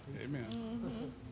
Amen